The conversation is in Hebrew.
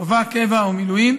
חובה, קבע או מילואים,